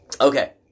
Okay